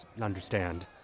understand